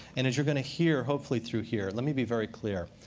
and as you're going to hear, hopefully through here, let me be very clear.